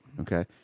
Okay